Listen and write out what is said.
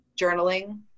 journaling